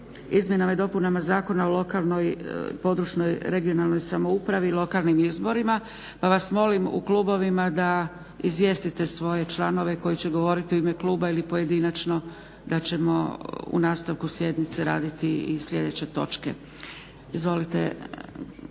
izmjenama i dopunama Zakona o lokalnoj, područnoj, regionalnoj samoupravi i lokalnim izborima pa vas molim u klubovima da izvijestite svoje članove koji će govoriti u ime kluba ili pojedinačno da ćemo u nastavku sjednice raditi i sljedeće točke. Izvolite